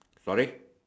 sorry